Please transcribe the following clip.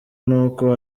n’uko